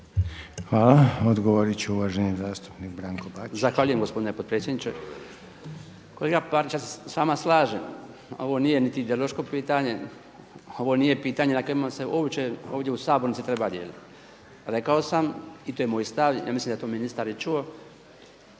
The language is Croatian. Hvala. Odgovorit će uvaženi zastupnik Branko Bačić. **Bačić, Branko (HDZ)** Zahvaljujem gospodine potpredsjedniče. Kolega … ja se s vama slažem, ovo nije niti ideološko pitanje, ovo nije pitanje na kojima se uopće ovdje u sabornici treba dijeliti. Rekao sam i to je moj stav ja mislim da je to ministar i čuo,